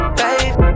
babe